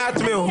מעט מאוד.